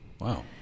Wow